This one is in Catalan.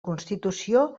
constitució